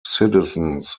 citizens